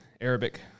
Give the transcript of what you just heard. Arabic